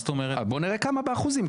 אז בוא נראה כמה זה באחוזים.